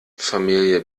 familie